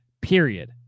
period